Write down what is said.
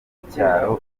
by’icyaro